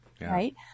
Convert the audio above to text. Right